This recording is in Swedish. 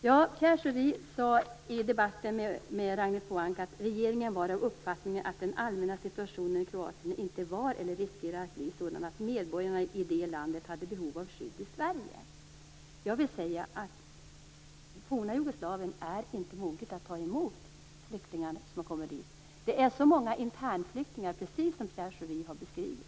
Pierre Schori sade i debatten med Ragnhild Pohanka att regeringen var av uppfattningen att den allmänna situationen i Kroatien inte var eller riskerar att bli sådan att medborgarna i det landet hade behov av skydd i Sverige. Det forna Jugoslavien är inte moget att ta emot flyktingar som kommer dit. Det är så många internflyktingar, precis som Pierre Schori har beskrivit.